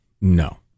No